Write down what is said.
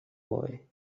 boy